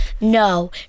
No